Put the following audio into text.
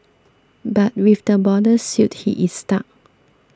but with the borders sealed he is stuck